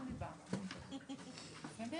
את